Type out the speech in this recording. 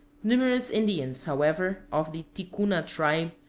numerous indians, however, of the ticuna tribe,